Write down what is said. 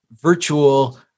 virtual